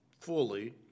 fully